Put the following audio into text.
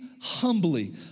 humbly